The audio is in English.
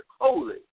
holy